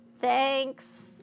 Thanks